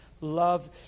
love